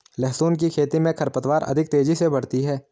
लहसुन की खेती मे खरपतवार अधिक तेजी से बढ़ती है